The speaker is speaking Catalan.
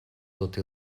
tot